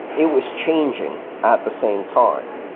it was changing at the same time.